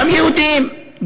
גם יהודים,